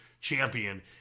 champion